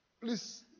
Please